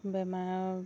বেমাৰৰ